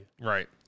right